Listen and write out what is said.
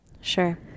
Sure